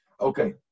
Okay